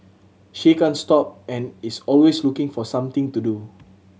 she can't stop and is always looking for something to do